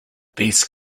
these